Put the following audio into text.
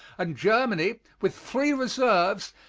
and germany, with three reserves,